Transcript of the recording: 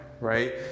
right